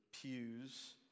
pews